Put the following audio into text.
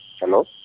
Hello